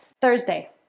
Thursday